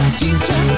teacher